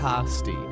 pasty